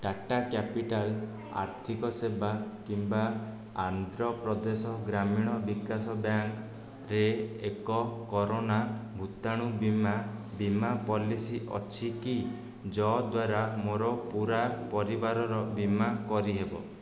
Tata capital ଆର୍ଥିକ ସେବା କିମ୍ବା ଆନ୍ଧ୍ରପ୍ରଦେଶ ଗ୍ରାମୀଣ ବିକାଶ ବ୍ୟାଙ୍କରେ ଏକ କରୋନା ଭୂତାଣୁ ବୀମା ବୀମା ପଲିସି ଅଛି କି ଯାହାଦ୍ଵାରା ମୋର ପୂରା ପରିବାରର ବୀମା କରିହେବ